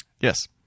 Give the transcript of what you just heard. Yes